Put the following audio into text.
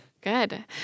Good